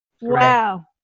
Wow